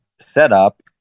setup